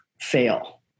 fail